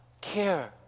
care